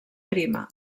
prima